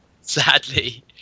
sadly